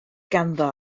ganddo